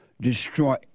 destroy